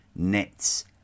nets